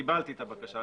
קיבלתי את הבקשה,